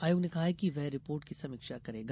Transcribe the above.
आयोग ने कहा है कि वह रिपोर्ट की समीक्षा करेगा